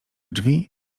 drzwi